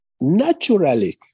Naturally